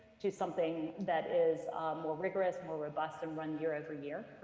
to something that is more rigorous, more robust, and run year over year?